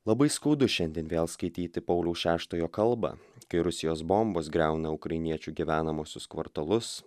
labai skaudu šiandien vėl skaityti pauliaus šeštojo kalbą kai rusijos bombos griauna ukrainiečių gyvenamuosius kvartalus